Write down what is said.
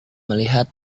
melihat